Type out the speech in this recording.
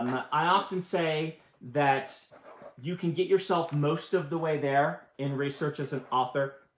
i often say that you can get yourself most of the way there, in research as an author,